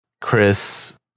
Chris